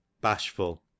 bashful